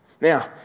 Now